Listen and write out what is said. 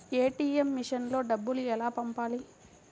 ATM మెషిన్లో డబ్బులు ఎలా పంపాలి?